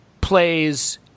plays